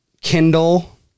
Kindle